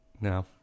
No